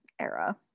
era